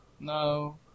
No